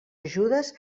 ajudes